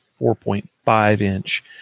4.5-inch